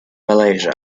malaysia